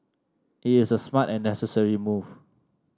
it is a smart and necessary move